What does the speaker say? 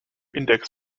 index